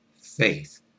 faith